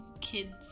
kids